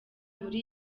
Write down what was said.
muri